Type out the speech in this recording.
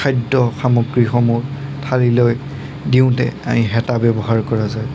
খাদ্য সামগ্ৰীসমূহ থালি লৈ দিওঁতে আমি হেতা ব্যৱহাৰ কৰা যায়